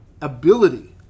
ability